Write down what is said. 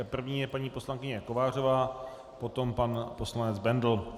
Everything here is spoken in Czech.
První je paní poslankyně Kovářová, potom pan poslanec Bendl.